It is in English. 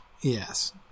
Yes